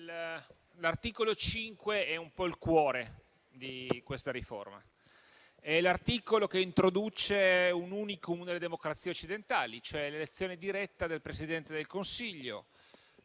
l'articolo 5 è un po' il cuore di questa riforma ed è l'articolo che introduce un *unicum* tra le democrazie occidentali, cioè l'elezione diretta del Presidente del Consiglio.